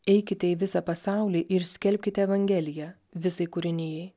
eikite į visą pasaulį ir skelbkite evangeliją visai kūrinijai